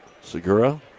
Segura